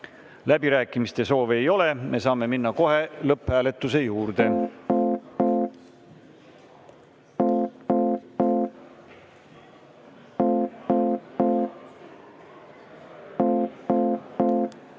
Läbirääkimiste soovi ei ole, me saame minna lõpphääletuse juurde.